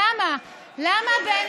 למה, למה, שטויות.